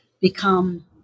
become